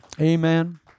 Amen